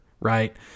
Right